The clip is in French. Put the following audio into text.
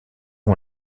ont